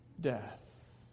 death